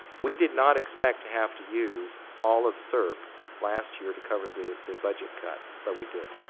we did not expect to have to use all of srp last year to cover the the budget cut but we did.